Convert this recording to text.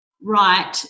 right